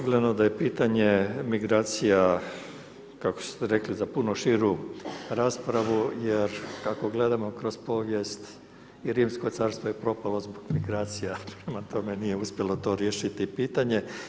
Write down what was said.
Očigledno da je pitanje migracija, kako ste rekli za puno širu raspravu jer kako gledamo kroz povijest i Rimsko carstvo je propalo zbog migracija, prema tome nije uspjelo to riješiti pitanje.